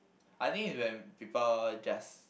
I think its when people just